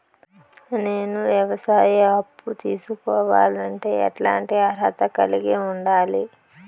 నేను వ్యవసాయ అప్పు తీసుకోవాలంటే ఎట్లాంటి అర్హత కలిగి ఉండాలి?